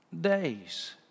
days